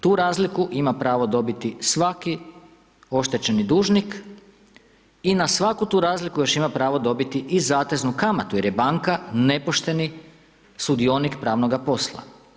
Tu razliku ima pravo dobiti svaki oštećeni dužnik i na svaku tu razliku još ima pravo dobiti i zateznu kamatu jer je banka nepošteni sudionik pravnoga posla.